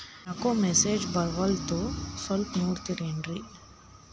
ಯಾಕೊ ಮೆಸೇಜ್ ಬರ್ವಲ್ತು ಸ್ವಲ್ಪ ನೋಡ್ತಿರೇನ್ರಿ?